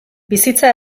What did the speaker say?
bizitza